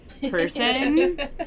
person